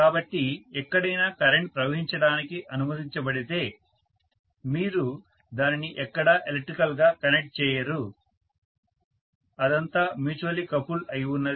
కాబట్టి ఎక్కడైనా కరెంట్ ప్రవహించటానికి అనుమతించబడితే మీరు దానిని ఎక్కడా ఎలక్ట్రికల్ గా కనెక్ట్ చేయరు అదంతా మ్యూచువల్లీ కపుల్ అయి ఉన్నది